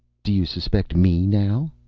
do you suspect me, now?